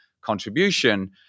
contribution